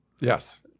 Yes